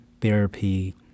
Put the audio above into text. therapy